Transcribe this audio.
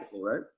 right